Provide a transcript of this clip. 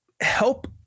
help